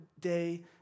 day